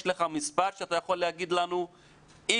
יש לך מספר שאתה יכול להגיד לנו x,y,z,